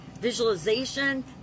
visualization